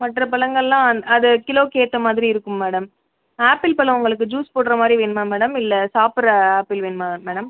மற்ற பழங்கள்லாம் அது அது கிலோவுக்கு ஏற்ற மாதிரி இருக்கும் மேடம் ஆப்பிள் பழம் உங்களுக்கு ஜூஸ் போடுற மாதிரி வேணுமா மேடம் இல்லை சாப்பிட்ற ஆப்பிள் வேணுமா மேடம்